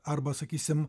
arba sakysim